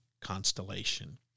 constellation